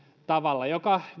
tavalla joka